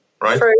right